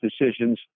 decisions